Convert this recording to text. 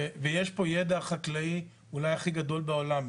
יש פה ידע חקלאי אולי הכי גדול בעולם,